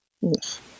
Yes